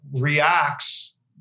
reacts